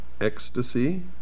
ecstasy